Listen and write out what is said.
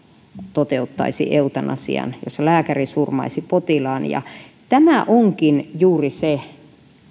toteuttaisi eutanasian jossa lääkäri surmaisi potilaan tämä onkin juuri se